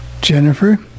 Jennifer